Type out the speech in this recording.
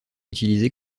utilisé